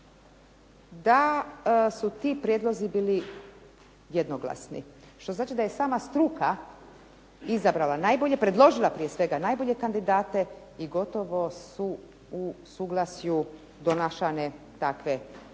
da su ti prijedlozi bili jednoglasni što znači da je sama struka predložila prije svega najbolje kandidate i gotovo su u suglasju donašane takve odluke